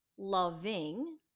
loving